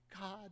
God